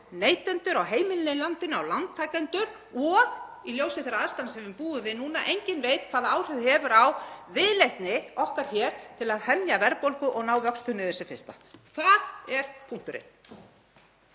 neytendur, á heimilin í landinu, á lántakendur og, í ljósi þeirra aðstæðna sem við búum við núna, enginn veit hvaða áhrif hefur á viðleitni okkar hér til að hemja verðbólgu og ná vöxtum niður sem fyrst. Það er punkturinn.